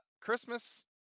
Christmas